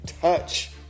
Touch